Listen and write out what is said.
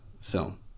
film